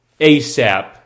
ASAP